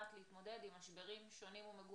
יודעת להתמודד עם משברים שונים ומגוונים,